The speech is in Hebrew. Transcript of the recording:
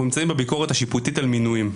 נמצאים בביקורת שיפוטית על מינויים.